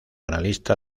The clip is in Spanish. analista